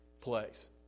place